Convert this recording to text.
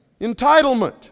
Entitlement